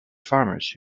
farmers